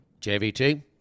JVT